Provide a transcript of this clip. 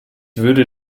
würde